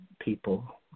People